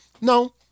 No